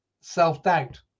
self-doubt